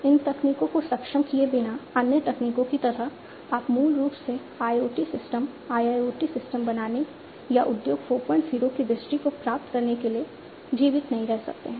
इन तकनीकों को सक्षम किए बिना अन्य तकनीकों की तरह आप मूल रूप से IoT सिस्टम IIoT सिस्टम बनाने या उद्योग 40 की दृष्टि को प्राप्त करने के लिए जीवित नहीं रह सकते हैं